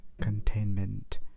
containment